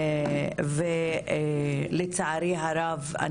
לצערי הרב,